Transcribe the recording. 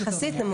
יחסית נמוך יותר.